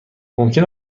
ممکن